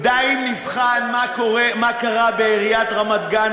די אם נבחן מה קרה בעיריית רמת-גן,